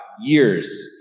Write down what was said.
years